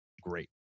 great